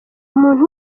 umuntu